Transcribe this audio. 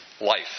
Life